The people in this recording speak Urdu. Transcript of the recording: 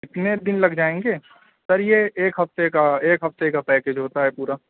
کتنے دِن لگ جائیں گے سر یہ ایک ہفتے کا ایک ہفتے کا پیکیج ہوتا ہے پورا